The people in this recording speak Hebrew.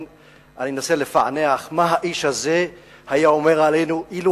אני מנסה לפענח מה האיש הזה היה אומר עלינו אילו היה כאן.